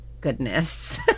goodness